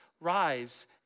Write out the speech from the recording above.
rise